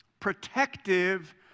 protective